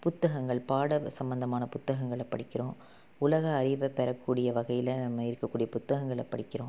புத்தகங்கள் பாட சம்மந்தமான புத்தகங்களை படிக்கிறோம் உலக அறிவை பெறக்கூடிய வகையில் நம்ம இருக்கக்கூடிய புத்தகங்களை படிக்கிறோம்